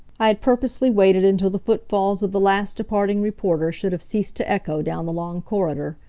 i had purposely waited until the footfalls of the last departing reporter should have ceased to echo down the long corridor.